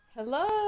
Hello